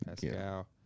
Pascal